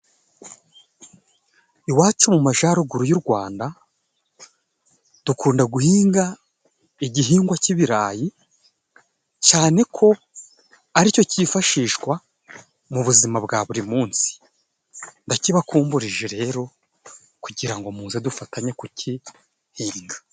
Iwacu mu majaruguru y'u Rwanda dukunda guhinga igihingwa cy'ibirayi. Cyane ko aricyo cyifashishwa mu buzima bwa buri munsi. Ndakibakumburije rero kugira ngo muze dufatanye kuki hinga.